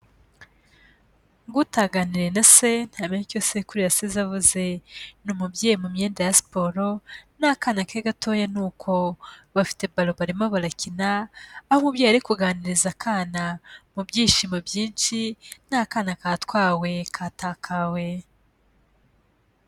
Ngo utaganiriye na se ntamenya icyo sekuru yasize avuze. Ni umubyeyi mu myenda ya siporo, n'akana ke gatoya ni uko. Bafite baro barimo barakina, aho umubyeyi ari kuganiriza akana, mu byishimo byinshi n'akana katwawe katakawe.